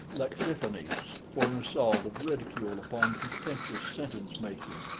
lexiphanes, for an assault of ridicule upon pretentious sentence-making,